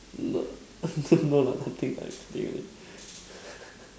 no no lah nothing I kidding only